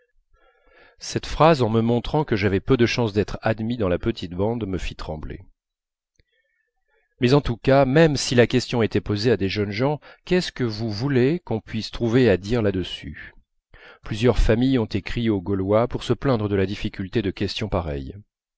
mais en tous cas même si la question était posée à des jeunes gens qu'est-ce que vous voulez qu'on puisse trouver à dire là-dessus plusieurs familles ont écrit au gaulois pour se plaindre de la difficulté de